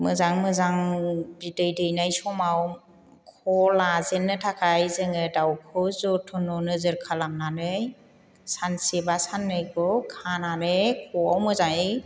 मोजां मोजां बिदै दैनाय समाव ख' लाजेननो थाखाय जोङो दाउखौ जोथोननि नोजोर खालामनानै सानसे बा साननैखौ खानानै ख'आव मोजाङै